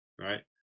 right